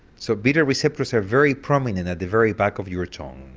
so bitter receptors are very prominent at the very back of your tongue.